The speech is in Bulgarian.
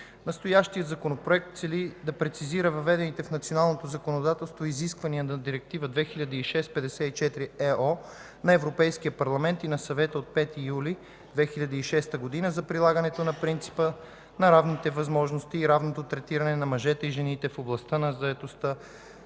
Настоящият Законопроект цели да прецизира въведените в националното законодателство изисквания на Директива 2006/54/ЕО на Европейския парламент и на Съвета от 5 юли 2006 г. за прилагането на принципа на равните възможности и равното третиране на мъжете и жените в областта на заетостта